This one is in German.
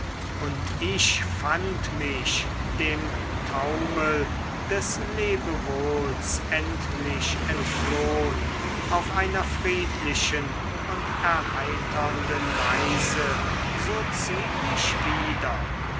und ich fand mich dem taumel des lebewohls endlich entflohn auf einer friedlichen und erheiternden reise so ziemlich wieder